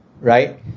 right